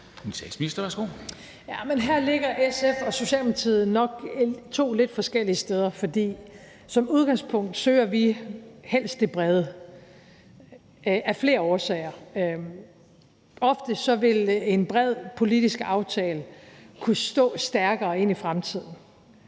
Her ligger SF og Socialdemokratiet nok to lidt forskellige steder, for som udgangspunkt søger vi helst det brede af flere årsager. Ofte vil en bred politisk aftale kunne stå stærkere ind i fremtiden.